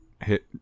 hit